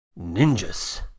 Ninjas